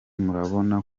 murabona